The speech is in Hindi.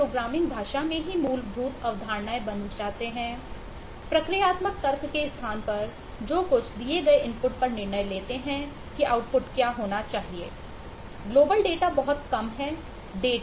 global data